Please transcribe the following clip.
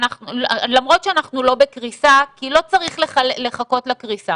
למרות שאנחנו לא בקריסה, כי לא צריך לחכות לקריסה.